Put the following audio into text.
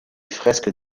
fresques